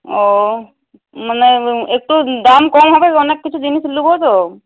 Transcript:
ও মানে একটু দাম কম হবে তো অনেক কিছু জিনিস নেবো তো